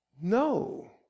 No